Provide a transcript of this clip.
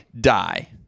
die